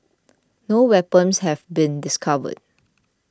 no weapons have been discovered